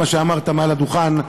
מה שאמרת מעל הדוכן,